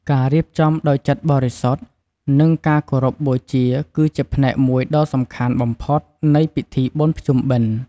ការរៀបចំដោយចិត្តបរិសុទ្ធ និងការគោរពបូជា គឺជាផ្នែកមួយដ៏សំខាន់បំផុតនៃពិធីបុណ្យភ្ជុំបិណ្ឌ។